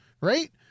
Right